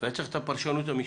ואני צריך את הפרשנות המשפטית.